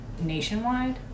nationwide